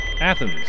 Athens